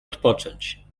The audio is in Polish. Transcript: odpocząć